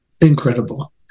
incredible